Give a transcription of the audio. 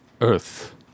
Earth